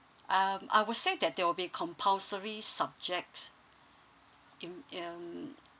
um I would say that there will be compulsory subjects in um